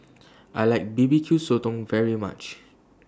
I like B B Q Sotong very much